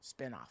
spinoff